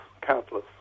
countless